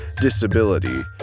disability